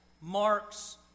marks